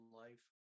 life